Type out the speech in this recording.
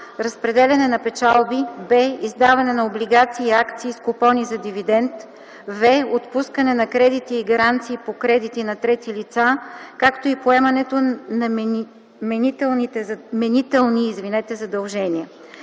разпределяне на печалби; б) издаване на облигация и акции с купони за дивидент; в) отпускане на кредити и гаранции по кредити на трети лица, както и поемането на менителни задължения;